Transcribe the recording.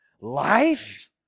life